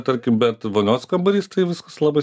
tarkim bet vonios kambarys tai viskas labai